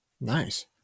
Nice